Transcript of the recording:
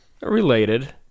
related